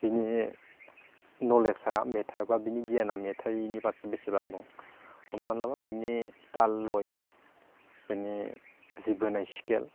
बिनि नलेजा एबा बिनि गियाना मेथायनि फारसे बेसेबां दं हमना ला ताल लय बिनि जि बोनाय स्केल